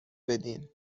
بدین